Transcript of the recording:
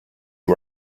you